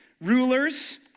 rulers